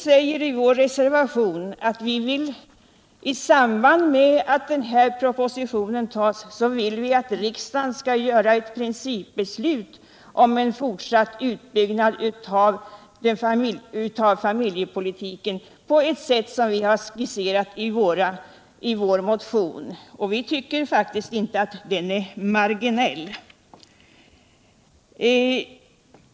I reservation 1 säger vi att riksdagen bör fatta ett principbeslut om fortsatt utbyggnad av familjepolitiken på ett sätt som vi har skisserat i vår motion. Vi tycker faktiskt inte att detta är marginellt.